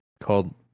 called